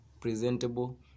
presentable